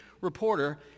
reporter